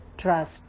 trust